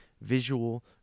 visual